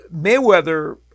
Mayweather